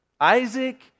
Isaac